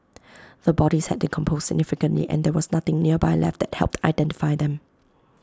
the bodies had decomposed significantly and there was nothing nearby left that helped identify them